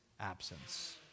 absence